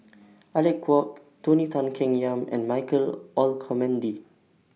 Alec Kuok Tony Tan Keng Yam and Michael Olcomendy